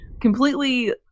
completely